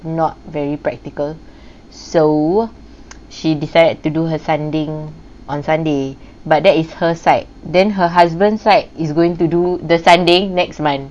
not very practical so she decided to do her sanding on sunday but that is her side then her husband side is going to do the sanding next month